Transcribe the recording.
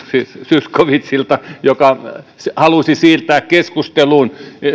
zyskowiczilta joka halusi siirtää keskustelun